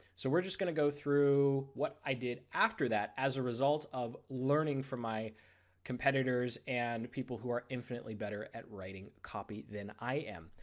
so we are just going to go through what i did after that as a result of learning from my competitors, and people who are infantry better at writing copy than i am.